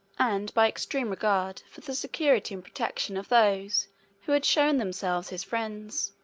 and by extreme regard for the security and protection of those who had shown themselves his friends.